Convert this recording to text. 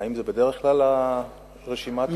האם בדרך כלל הרשימה כך?